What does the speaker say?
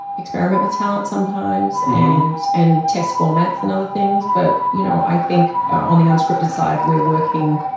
experiment with talent sometimes and and test formats and other things. but, you know, i think on the unscripted side, we're working,